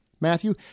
Matthew